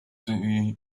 the